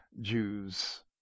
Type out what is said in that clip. Jews